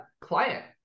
client